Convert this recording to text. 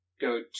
go